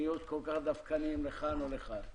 להיות כל כך דווקניים לכאן או לכאן?